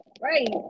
right